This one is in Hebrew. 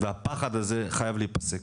והפחד הזה חייב להיפסק